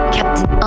Captain